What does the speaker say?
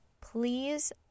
please